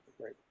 right